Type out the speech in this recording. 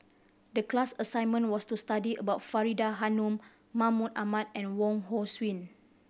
the class assignment was to study about Faridah Hanum Mahmud Ahmad and Wong Hong Suen